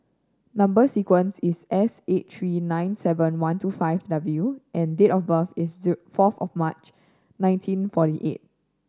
number sequence is S eight three nine seven one two five W and date of birth is fourth of March nineteen forty eight